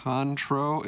Contro